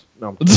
No